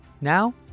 Now